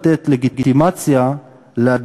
משתמשים בססמה אתם חייבים עכשיו לבחור ססמה